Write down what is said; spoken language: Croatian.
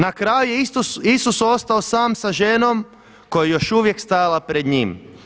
Na kraju je Isus ostao sam sa ženom koja je još uvijek stajala pred njim.